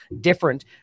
different